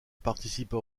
participa